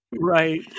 Right